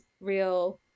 real